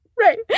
Right